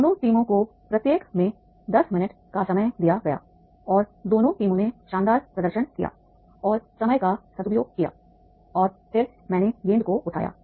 दोनों टीमों को प्रत्येक में 10 मिनट का समय दिया गया और दोनों टीमों ने शानदार प्रदर्शन किया और समय का सदुपयोग किया और फिर मैंने गेंद को उठाया